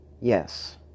Yes